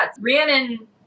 Rhiannon